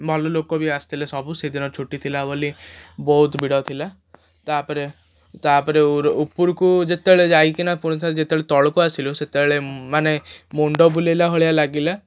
ଭଲ ଲୋକ ବି ଆସିଥିଲେ ସବୁ ସେଦିନ ଛୁଟି ଥିଲା ବୋଲି ବହୁତ ଭିଡ଼ ଥିଲା ତା'ପରେ ତା'ପରେ ଉପରକୁ ଯେତେବେଳେ ଯାଇକିନା ପୁଣିଥରେ ଯେତେବେଳେ ତଳକୁ ଆସିଲୁ ସେତେବେଳେ ମାନେ ମୁଣ୍ଡ ବୁଲାଇଲା ଭଳିଆ ଲାଗିଲା